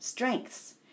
Strengths